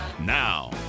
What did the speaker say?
Now